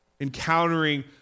encountering